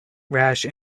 rash